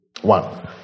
One